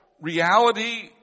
reality